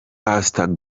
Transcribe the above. pastor